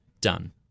done